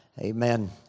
Amen